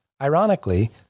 Ironically